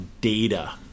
data